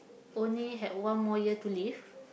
only had one more year to live